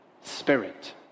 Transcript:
spirit